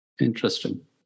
Interesting